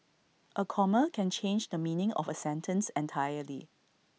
A comma can change the meaning of A sentence entirely